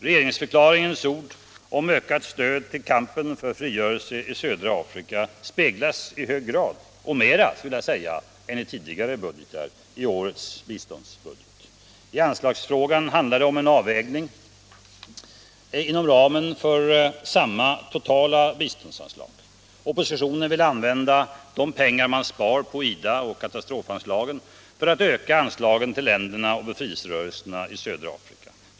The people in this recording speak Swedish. Regeringsförklaringens ord om ”ökat stöd till kampen för frigörelse i södra Afrika” speglas i hög grad i årets biståndsbudget. I anslagsfrågan handlar det om en avvägning inom ramen för samma totala biståndsanslag. Oppositionen vill använda de pengar man sparar på IDA och katastrofanslaget för att öka anslagen bl.a. till länderna och befrielserörelserna i södra Afrika.